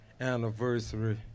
anniversary